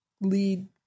lead